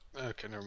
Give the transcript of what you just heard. Okay